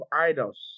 idols